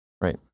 Right